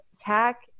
tack